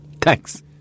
thanks